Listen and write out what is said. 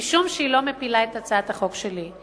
משום שהיא לא מפילה את הצעת החוק שלי.